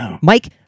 Mike